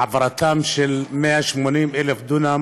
העברתם של 180,000 דונם